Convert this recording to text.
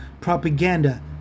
Propaganda